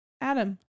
Adam